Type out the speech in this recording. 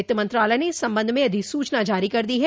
वित्त मंत्रालय ने इस संबंध में अधिसूचना जारी कर दी है